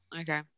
Okay